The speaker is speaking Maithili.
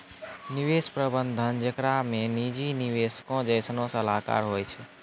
निवेश प्रबंधन जेकरा मे निजी निवेशको जैसनो सलाहकार होय छै